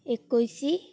ଏକୋଇଶି